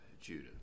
Judah